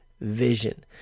vision